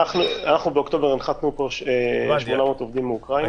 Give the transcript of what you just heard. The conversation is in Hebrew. באוקטובר הנחתנו פה 800 עובדים מאוקראינה,